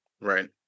right